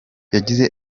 yagize